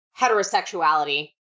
heterosexuality